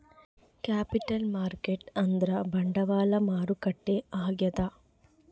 capital market ಅಂದ್ರ ಬಂಡವಾಳ ಮಾರುಕಟ್ಟೆ ಆಗ್ಯಾದ